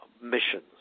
missions